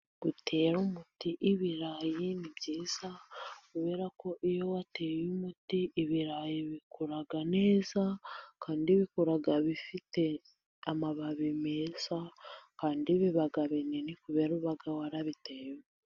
Gutera umuti ibirayi ni byiza, kubera ko iyo wateye umuti ibirayi bikura neza, kandi bikura bifite amababi meza, kandi biba binini kubera uba warabiteye umuti.